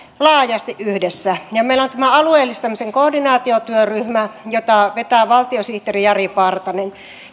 laajasti yhdessä ja meillä on tämä alueellistamisen koordinaatiotyöryhmä jota vetää valtiosihteeri jari partanen